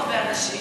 אין פה הרבה אנשים.